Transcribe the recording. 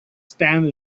stand